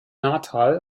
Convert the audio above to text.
natal